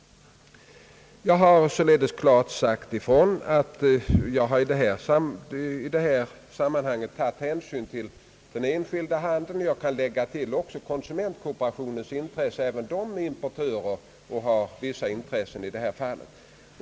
Jag har alltså i detta sammanhang tagit hänsyn till den enskilda handeln men även till konsumentkooperationen, som ju är importör och har vissa intressen i detta fall.